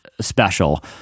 special